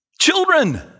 Children